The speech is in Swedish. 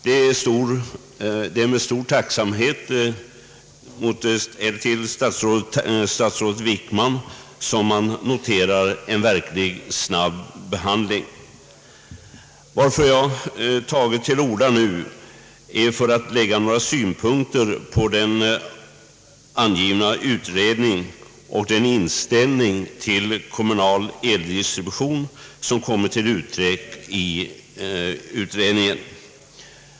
Jag noterar med tacksamhet statsrådet Wickmans snabba behandling av ärendet. Varför jag nu tagit till orda är för att anlägga några synpunkter på utredningen och på den inställning till kommunal eldistribution som kommit till uttryck i utredningen.